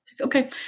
Okay